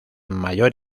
mayor